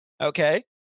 okay